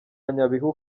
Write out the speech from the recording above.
nyabihu